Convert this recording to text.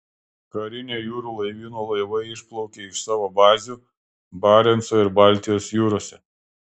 karinio jūrų laivyno laivai išplaukė iš savo bazių barenco ir baltijos jūrose